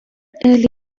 early